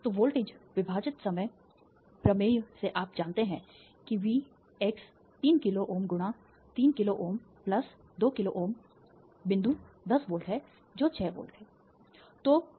तो वोल्टेज विभाजित प्रमेय से आप जानते हैं कि वी एक्स 3 किलो Ω गुणा 3 किलो Ω2 किलो Ω बिंदु 10 वोल्ट है जो छह वोल्ट है